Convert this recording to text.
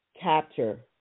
capture